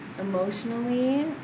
Emotionally